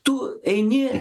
tu eini